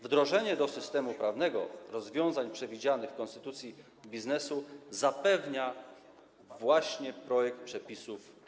Wdrożenie do systemu prawnego rozwiązań przewidzianych w konstytucji biznesu zapewnia właśnie projekt przepisów